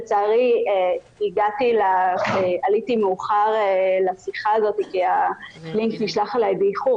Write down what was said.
לצערי עליתי מאוחר לשיחה הזאת כי הלינק נשלח אליי באיחור